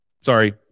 Sorry